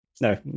No